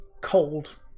cold